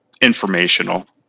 informational